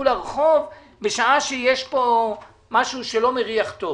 לרחוב בשעה שיש כאן משהו שלא מריח טוב,